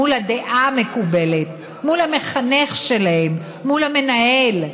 מול הדעה המקובלת, מול המחנך שלהם, מול המנהל,